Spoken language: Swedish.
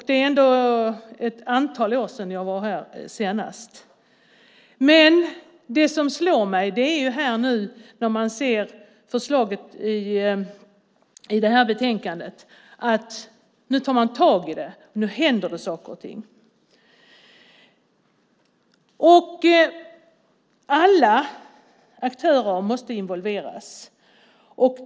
Det är ändå ett antal år sedan jag var här senast. Det som slår mig nu när jag ser förslaget i betänkandet är att nu tar man tag i det här, att nu händer det saker och ting. Alla aktörer måste involveras.